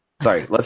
Sorry